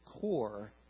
core